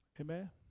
amen